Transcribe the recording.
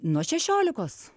nuo šešiolikos